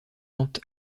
lente